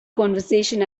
conversation